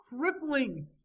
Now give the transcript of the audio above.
Crippling